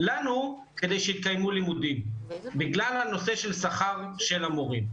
לנו לקיים לימודים בגלל שכר המורים.